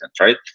right